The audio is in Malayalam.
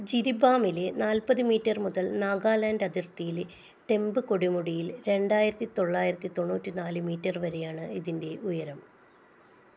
ജിരിബാമിലെ നാല്പത് മീറ്റർ മുതൽ നാഗാലാൻഡ് അതിർത്തിയിലെ ടെമ്പ് കൊടുമുടിയിൽ രണ്ടായിരത്തി തൊള്ളായിരത്തി തൊണ്ണൂറ്റി നാല് മീറ്റർ വരെയാണ് ഇതിൻ്റെ ഉയരം